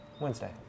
Wednesday